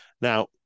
Now